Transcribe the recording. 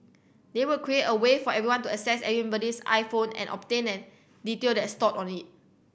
they would create a way for anyone to access anybody's iPhone and obtain an detail that's stored on it